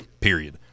period